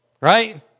right